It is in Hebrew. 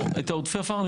את עודפי העפר,